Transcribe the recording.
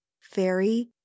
fairy